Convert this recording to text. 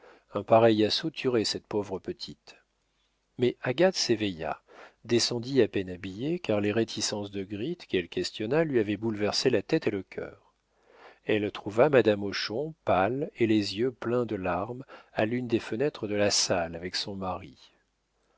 un pareil assaut tuerait cette pauvre petite mais agathe s'éveilla descendit à peine habillée car les réticences de gritte qu'elle questionna lui avaient bouleversé la tête et le cœur elle trouva madame hochon pâle et les yeux pleins de larmes à l'une des fenêtres de la salle avec son mari